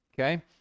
Okay